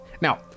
Now